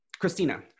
christina